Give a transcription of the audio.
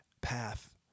path